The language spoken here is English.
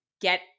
get